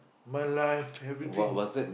my life everything